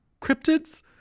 cryptids